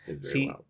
See